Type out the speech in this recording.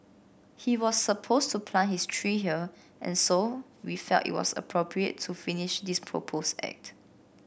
he was supposed to plant his tree here and so we felt it was appropriate to finish this proposed act